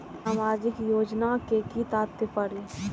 सामाजिक योजना के कि तात्पर्य?